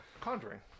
conjuring